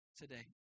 today